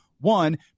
One